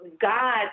God